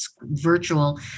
virtual